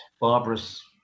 barbarous